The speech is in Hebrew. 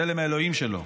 צלם האלוהים שלו.